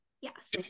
yes